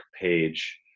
page